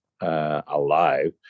alive